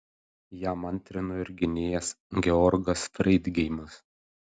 jam antrino ir gynėjas georgas freidgeimas